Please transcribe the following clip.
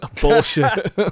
Bullshit